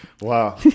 wow